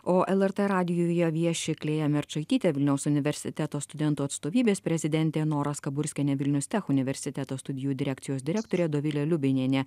o lrt radijuje vieši klėja merčaitytė vilniaus universiteto studentų atstovybės prezidentė nora skaburskienė vilnius tech universiteto studijų direkcijos direktorė dovilė liubinienė